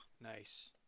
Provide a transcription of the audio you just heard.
nice